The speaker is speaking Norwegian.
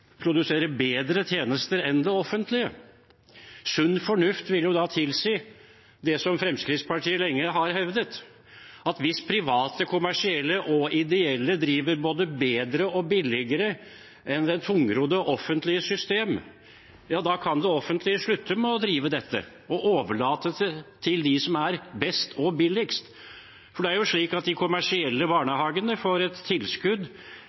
og ideelle driver både bedre og billigere enn det tungrodde offentlige system, kan det offentlige slutte med å drive dette og overlate det til dem som er best og billigst. For det er jo slik at de kommersielle barnehagene får et tilskudd